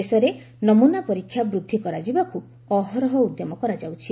ଦେଶରେ ନମୁନା ପରୀକ୍ଷା ବୃଦ୍ଧି କରାଯିବାକୁ ଅହରହ ଉଦ୍ୟମ କରାଯାଉଛି